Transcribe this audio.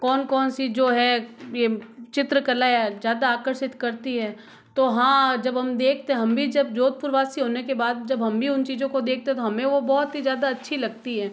कौन कौन सी जो है ये चित्रकलाएं ज्यादा आकर्षित करती है तो हाँ जब हम देखते हम भी जब जोधपुर वासी होने के बाद जब हम भी उन चीजों को देखते हैं तो हमें वो बहुत ही ज्यादा अच्छी लगती है